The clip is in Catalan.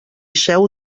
seu